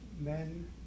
men